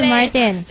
Martin